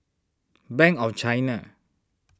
Bank of China